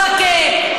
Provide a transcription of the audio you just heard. ברכה,